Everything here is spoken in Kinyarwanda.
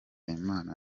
imana